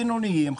הבינוניים,